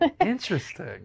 Interesting